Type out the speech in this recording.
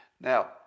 Now